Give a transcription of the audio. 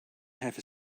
have